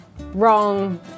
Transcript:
wrong